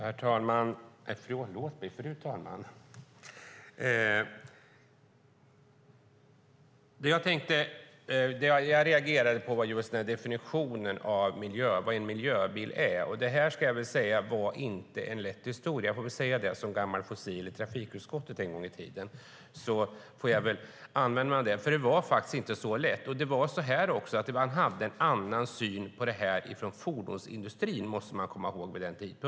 Fru talman! Jag reagerade på definitionen av en miljöbil. Det här var inte en lätt historia. Jag får väl säga det som gammalt fossil i trafikutskottet en gång i tiden. Det var faktiskt inte så lätt. Det var också så att fordonsindustrin hade en annan syn på detta vid den tidpunkten. Det måste man komma ihåg.